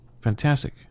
Fantastic